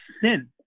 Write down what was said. sin